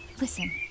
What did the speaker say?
listen